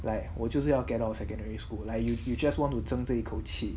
like 我就是要 get out secondary school like you you just want to 挣这一口气